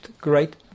great